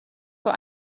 vor